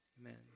Amen